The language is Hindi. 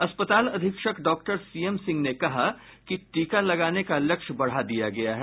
अस्पताल अधीक्षक डॉक्टर सीएम सिंह ने कहा कि टीका लगाने का लक्ष्य बढ़ा दिया गया है